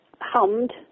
hummed